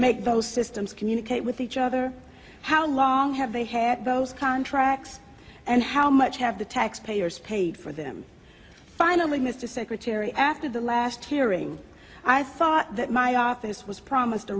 make those systems communicate with each other how long have they had both contracts and how much have the taxpayers paid for them finally mr secretary after the last hearing i thought that my office was promised a